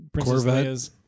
corvette